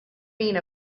being